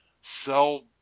sell